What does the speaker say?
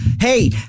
Hey